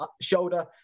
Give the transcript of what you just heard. shoulder